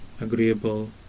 agreeable